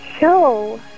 show